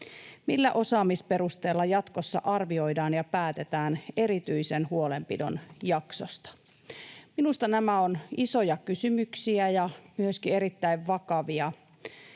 millä osaamisperusteella jatkossa arvioidaan ja päätetään erityisen huolenpidon jaksosta. Minusta nämä ovat isoja kysymyksiä ja myöskin erittäin vakavia.